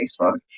Facebook